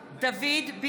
(קוראת בשמות חברי הכנסת) דוד ביטן,